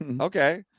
Okay